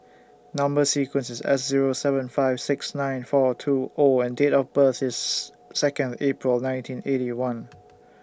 Number sequence IS S Zero seven five six nine four two O and Date of birth IS Second April nineteen Eighty One